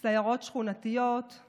כפי שידענו לעשות זאת בחוק